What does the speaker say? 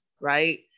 right